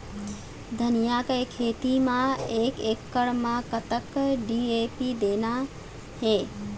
धनिया के खेती म एक एकड़ म कतक डी.ए.पी देना ये?